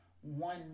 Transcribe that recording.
one